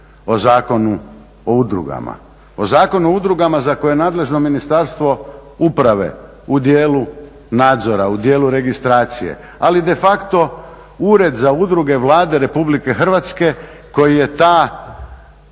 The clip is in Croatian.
o Zakonu o udrugama. O Zakonu o udrugama za koji je nadležno Ministarstvo uprave u dijelu nadzora, u dijelu registracije. Ali de facto Ured za udruge Vlade RH koji je ta,